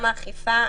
גם האכיפה,